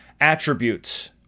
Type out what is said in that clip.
attributes